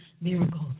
miracles